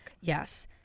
Yes